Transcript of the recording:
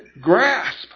grasp